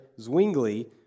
Zwingli